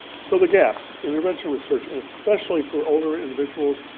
so the gaps, intervention research, and especially for older individuals,